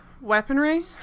weaponry